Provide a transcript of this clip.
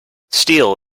steel